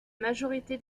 majorité